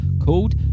called